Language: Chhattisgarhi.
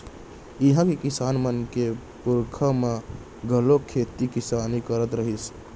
इहां के किसान मन के पूरखा मन घलोक खेती किसानी करत रिहिस